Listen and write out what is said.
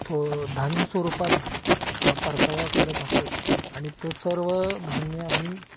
थो धान्य स्वरूपात परतावा करत असतत आणि तो सर्व धान्य आम्ही